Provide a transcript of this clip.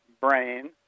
brain